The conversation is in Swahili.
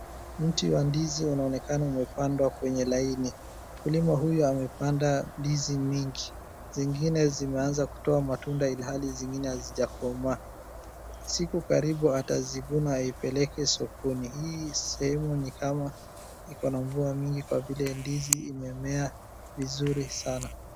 Mti wa ndizi unaonekana umepandwa kwenye laini, mkulima huyu amepanda ndizi mingi, zingine zimeanza kutoa matunda ilhali zingine hazijakomaa. Siku karibu atazivuna azipeleke sokoni. Hii sehemu ni kama iko na mvua nyingi kwa vile ndizi imemea vizuri sana.